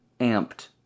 amped